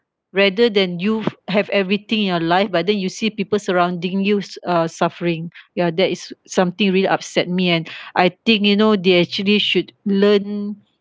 rather than you have everything in your life but then you see people surrounding you uh suffering ya that is something really upset me and I think you know they actually should learn